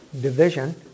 division